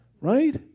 right